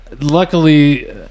luckily